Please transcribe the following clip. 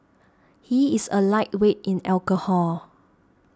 he is a lightweight in alcohol